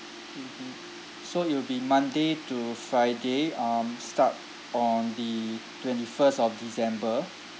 mmhmm so it will be monday to friday um start on the twenty first of december